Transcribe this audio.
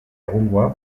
egungoa